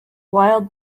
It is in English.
wild